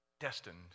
destined